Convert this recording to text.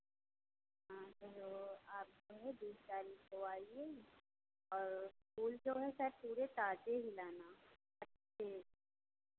हाँ तो आप जो है बीस तारीख को आइये और फूल जो है सर पूरे ताज़े ही लाना अच्छे